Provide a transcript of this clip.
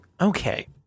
Okay